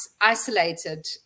isolated